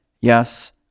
yes